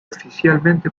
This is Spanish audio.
oficialmente